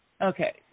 Okay